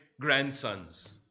grandsons